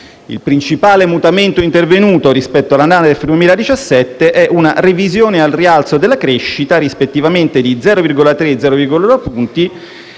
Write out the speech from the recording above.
Il principale mutamento intervenuto rispetto alla NADEF 2017 è una revisione al rialzo della crescita rispettivamente di 0,3 e 0,2 punti